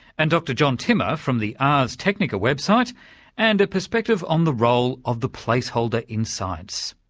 and dr john timmer from the ars technica website and a perspective on the role of the placeholder in science.